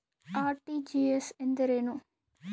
RTGS ಎಂದರೇನು?